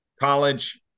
college